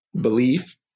belief